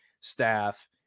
staff